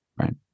right